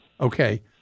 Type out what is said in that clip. Okay